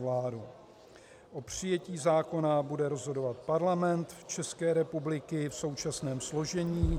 O přijetí zákona bude rozhodovat Parlament České republiky v současném složení.